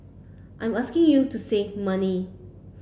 I am asking you to save money